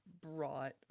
brought